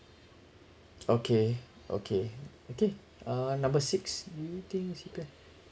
okay okay okay uh number six do you think